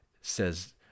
says